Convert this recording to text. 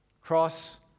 Cross